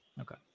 Okay